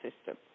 system